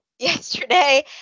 Yesterday